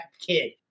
kid